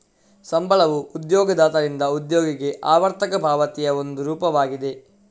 ಸಂಬಳವು ಉದ್ಯೋಗದಾತರಿಂದ ಉದ್ಯೋಗಿಗೆ ಆವರ್ತಕ ಪಾವತಿಯ ಒಂದು ರೂಪವಾಗಿದೆ